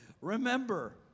Remember